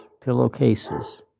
pillowcases